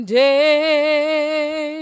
day